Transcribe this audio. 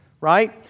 right